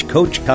Coach